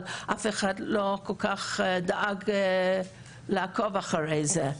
אבל אף אחד לא כל כך דאג לעקוב אחרי זה.